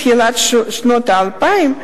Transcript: תחילת שנות האלפיים,